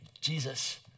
Jesus